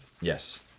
Yes